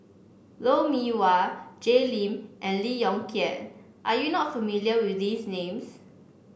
Lou Mee Wah Jay Lim and Lee Yong Kiat are you not familiar with these names